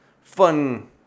fun